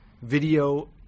video